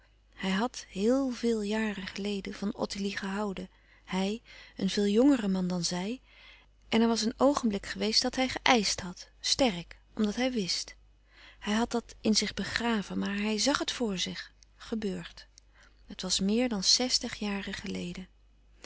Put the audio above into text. hij had heel veel jaren geleden van ottilie gehouden hij een veel jongere man dan zij en er was een oogenblik geweest dat hij geèischt had sterk omdat hij wist hij had dat in zich begraven maar hij zàg het voor zich gebeurd het was meer dan zèstig jaren geleden